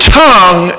tongue